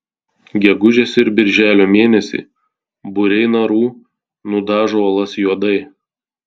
gegužės ir birželio mėnesį būriai narų nudažo uolas juodai